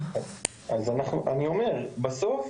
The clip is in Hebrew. בסוף,